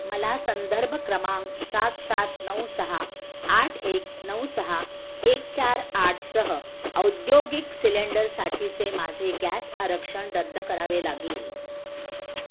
मला संदर्भ क्रमांक सात सात नऊ सहा आठ एक नऊ सहा एक चार आठसह औद्योगिक सिलेंडरसाठीचे माझे गॅस आरक्षण रद्द करावे लागेल